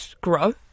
grow